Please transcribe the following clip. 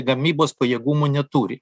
gamybos pajėgumų neturi